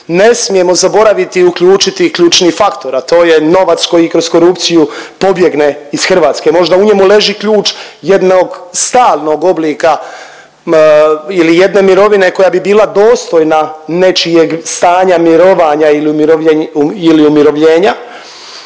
ne smijemo zaboraviti uključiti i ključni faktor, a to je novac koji kroz korupciju pobjegne iz Hrvatske. Možda u njemu leži ključ jednog stalnog oblika ili jedne mirovine koja bi bila dostojna nečijeg stanja mirovanja ili umirovljenja,